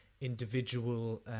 individual